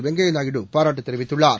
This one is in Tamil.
வெங்கய்யா நாயுடு பாராட்டு தெரிவித்துள்ளார்